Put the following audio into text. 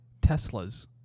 Teslas